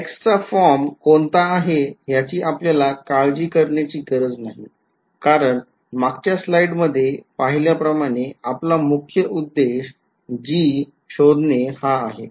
x चा form कोणता आहे ह्याची आपल्याला काळजी करण्याची गरज नाही कारण मागच्या स्लाईड मध्ये पाहिल्याप्रमाणे आपला मुख्य उद्देश G शोधणे हा आहे